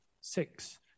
six